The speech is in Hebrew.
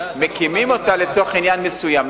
מקימים אותה לצורך עניין מסוים,